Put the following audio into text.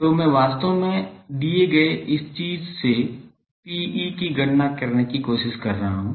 तो मैं वास्तव में दिए गए इस चीज़ से Pe की गणना करने की कोशिश कर रहा हूं